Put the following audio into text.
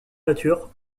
nature